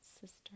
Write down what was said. sister